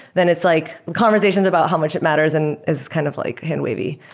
then it's like conversations about how much it matters and is kind of like hand-wavy.